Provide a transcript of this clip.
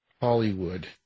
Hollywood